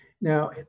Now